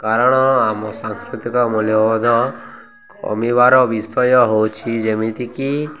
କାରଣ ଆମ ସାଂସ୍କୃତିକ ମୂଲ୍ୟବୋଧ କମିବାର ବିଷୟ ହଉଛି ଯେମିତିକି